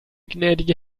gnädige